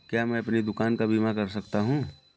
क्या मैं अपनी दुकान का बीमा कर सकता हूँ?